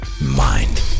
mind